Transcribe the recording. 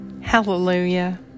Hallelujah